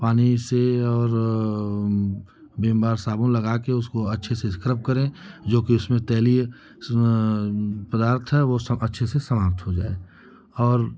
पानी से और विम बार साबुन लगाकर उसको अच्छे से इस्क्रब करें जो कि उसमें तैलीय पदार्थ है वह सब अच्छे से समाप्त हो जाए और